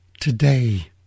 today